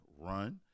Run